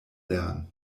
lernen